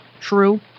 true